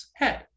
head